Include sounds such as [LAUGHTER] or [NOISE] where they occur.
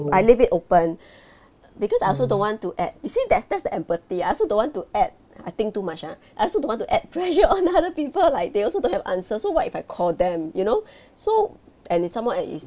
I leave it open because I also don't want to add you see that's that's the empathy I also don't want to add I think too much ah I also don't want to add pressure [LAUGHS] on other people like they also don't have answer so what if I call them you know so and it's some more and it's